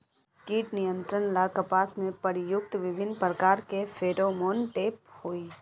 कीट नियंत्रण ला कपास में प्रयुक्त विभिन्न प्रकार के फेरोमोनटैप होई?